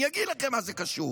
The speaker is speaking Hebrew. אני אקריא לך מה זה קשור,